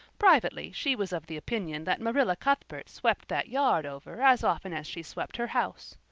privately she was of the opinion that marilla cuthbert swept that yard over as often as she swept her house.